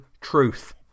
truth